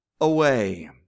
away